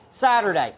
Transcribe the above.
Saturday